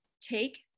take